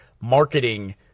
marketing